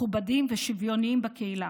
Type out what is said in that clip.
מכובדים ושוויוניים בקהילה.